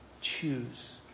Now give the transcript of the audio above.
choose